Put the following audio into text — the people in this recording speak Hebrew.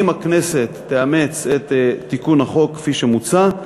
אם הכנסת תאמץ את תיקון החוק כפי שמוצע,